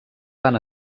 van